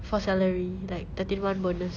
for salary like thirteen month bonus